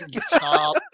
stop